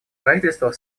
правительство